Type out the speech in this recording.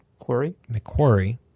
McQuarrie